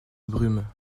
brume